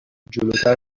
جلوتر